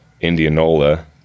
Indianola